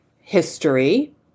history